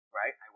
right